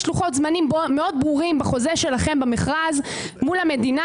יש לוחות-זמנים מאוד ברורים בחוזה שלכם במכרז מול המדינה.